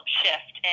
shift